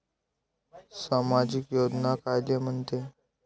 सामाजिक योजना कायले म्हंते?